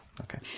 Okay